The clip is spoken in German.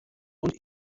und